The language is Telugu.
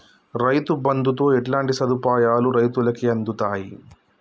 రైతు బంధుతో ఎట్లాంటి సదుపాయాలు రైతులకి అందుతయి?